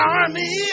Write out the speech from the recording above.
army